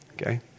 okay